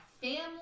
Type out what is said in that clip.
family